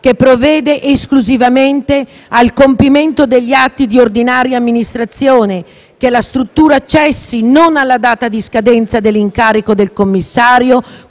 che provvede esclusivamente al compimento degli atti di ordinaria amministrazione; che la struttura cessi non alla data di scadenza dell'incarico del commissario